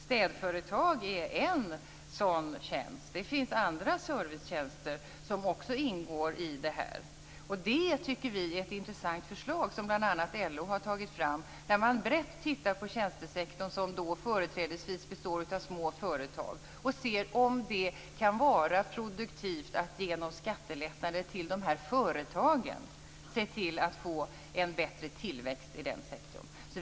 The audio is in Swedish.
Städföretag erbjuder en sådan tjänst, men det finns andra servicetjänster som också ingår i detta. Det tycker vi är ett intressant förslag, som bl.a. LO har tagit fram. I ett brett perspektiv tittar man närmare på tjänstesektorn, som då företrädesvis består av små företag, och ser efter om det kan vara produktivt att genom skattelättnader för de här företagen se till att få en bättre tillväxt i den sektorn.